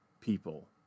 people